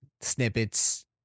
snippets